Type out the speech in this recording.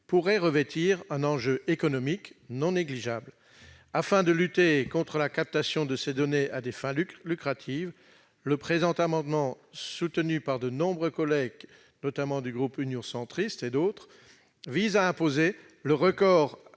pourraient revêtir un enjeu économique non négligeable. Afin de lutter contre la captation de ces données à des fins lucratives, le présent amendement, soutenu par de nombreux collègues, notamment du groupe Union Centriste, vise à imposer le recours